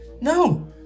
No